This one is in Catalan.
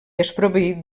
desproveït